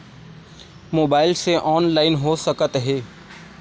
Mobile से online हो सकत हे?